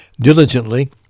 diligently